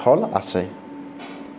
থল আছে